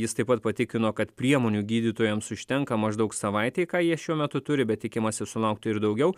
jis taip pat patikino kad priemonių gydytojams užtenka maždaug savaitei ką jie šiuo metu turi bet tikimasi sulaukti ir daugiau